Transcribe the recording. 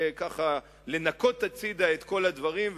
פשוט חשוב ככה לנקות הצדה את כל הדברים,